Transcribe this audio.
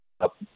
up